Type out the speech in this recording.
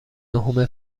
نهم